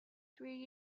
three